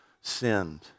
sinned